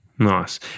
Nice